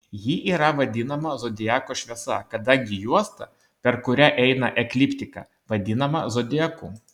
ji yra vadinama zodiako šviesa kadangi juosta per kurią eina ekliptika vadinama zodiaku